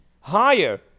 higher